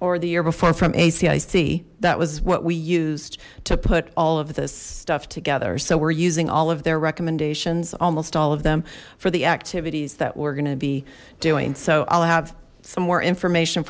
or the year before from a see i see that was what we used to put all of this stuff together so we're using all of their recommendations almost all of them for the activities that we're going to be doing so i'll have some more information